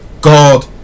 God